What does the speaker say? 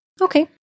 Okay